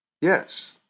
Yes